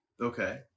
Okay